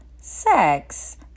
sex